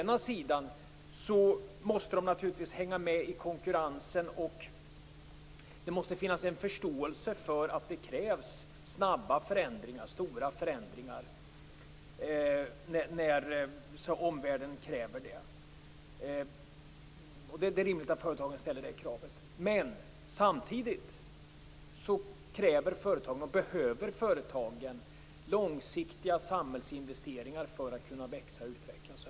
Naturligtvis måste de hänga med i konkurrensen, och det måste finnas en förståelse för att det behövs snabba och stora förändringar när omvärlden kräver det. Det är rimligt att företagen ställer det kravet. Men samtidigt behöver företagen långsiktiga samhällsinvesteringar för att kunna växa och utvecklas.